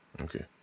okay